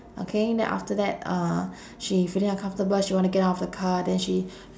okay then after that uh she feeling uncomfortable she wanna get out of the car then she